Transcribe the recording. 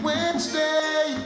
Wednesday